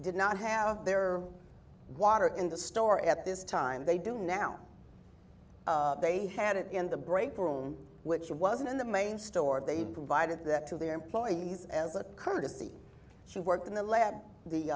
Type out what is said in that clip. did not have their water in the store at this time they do now they had it in the break room which was in the main store they provided that to their employees as a courtesy she worked in the lab the